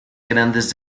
grandes